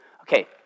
Okay